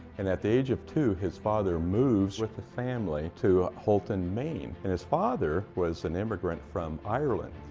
and at the age of two, his father moves with the family to houlton, maine. and his father was an immigrant from ireland.